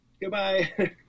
goodbye